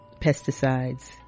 pesticides